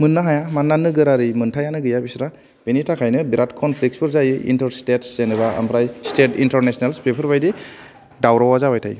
मोननो हाया मानोना नोगोरारि मोनथाइयानो गैया बिस्रा बिनि थाखायनो बेराद कनफ्लिकसफोर जायो इन्टार स्टेतस जेनावबा आमफ्राय स्टेतस इन्टारनेसनालस बेफोर बायदि दावरावा जाबाय थायो